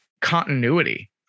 continuity